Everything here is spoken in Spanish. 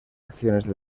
acciones